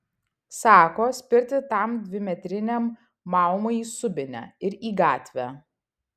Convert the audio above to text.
sako spirti tam dvimetriniam maumui į subinę ir į gatvę